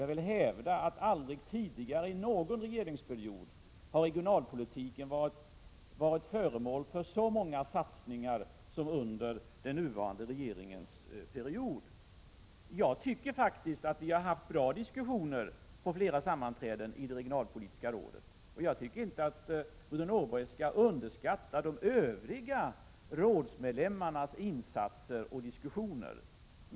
Jag vill hävda att regionalpolitiken 17 inte under någon tidigare regeringsperiod varit föremål för så många satsningar som under den nuvarande regeringsperioden. Jag tycker att vi har haft bra diskussioner vid flera sammanträden i det regionalpolitiska rådet. Gudrun Norberg skall inte underskatta de övriga rådsmedlemmarnas insatser och diskussioner.